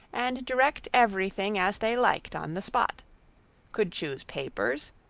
and direct every thing as they liked on the spot could chuse papers,